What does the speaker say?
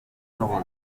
amakuru